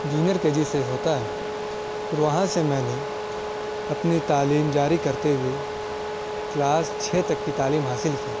junior K G سے ہوتا ہے اور وہاں سے میں نے اپنی تعلیم جاری کرتے ہوئے کلاس چھ تک کی تعلیم حاصل کی